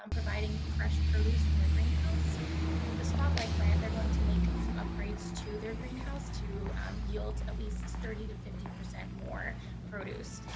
um providing fresh produce from their greenhouse with the spotlight grant they're going to make some upgrades to their greenhouse to um yield at least thirty to fifty percent more produce,